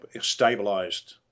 stabilized